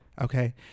okay